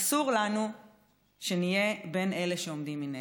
אסור לנו שנהיה בין אלה שעומדים מנגד.